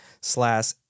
slash